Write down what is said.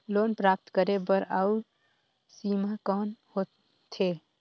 Loan प्राप्त करे बर आयु सीमा कौन होथे?